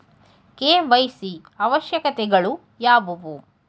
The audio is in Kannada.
ಕೆ.ವೈ.ಸಿ ಅವಶ್ಯಕತೆಗಳು ಯಾವುವು?